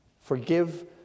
Forgive